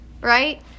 right